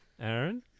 Aaron